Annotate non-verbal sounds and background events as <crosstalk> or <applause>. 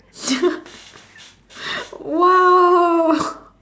<laughs> !wow!